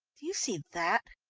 do you see that?